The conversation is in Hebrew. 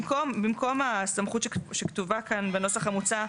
במקום הסמכות שכתובה פה בנוסח המוצע,